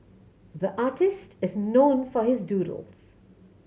the artist is known for his doodles